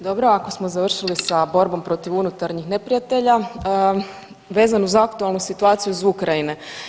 Dobro, ako smo završili sa borbom protiv unutarnjih neprijatelja, vezano uz aktualnu situaciju iz Ukrajine.